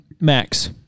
Max